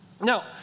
Now